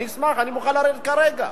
אני אשמח, אני מוכן לרדת כרגע.